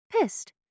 Pissed